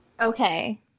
Okay